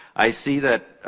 i see that